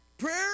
Prayer